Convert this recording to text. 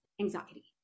anxiety